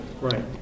Right